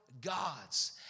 Gods